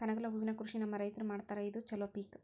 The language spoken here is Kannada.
ಕನಗಲ ಹೂವಿನ ಕೃಷಿ ನಮ್ಮ ರೈತರು ಮಾಡತಾರ ಇದು ಚಲೋ ಪಿಕ